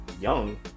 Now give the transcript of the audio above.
young